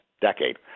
decade